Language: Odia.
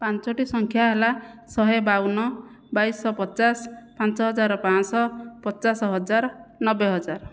ପାଞ୍ଚଟି ସଂଖ୍ୟା ହେଲା ଶହେ ବାଉନ ବାଇଶଶହ ପଚାଶ ପାଞ୍ଚ ହଜାର ପାଞ୍ଚଶହ ପଚାଶ ହଜାର ନବେ ହଜାର